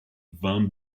van